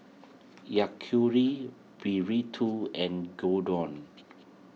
Burrito and Gyudon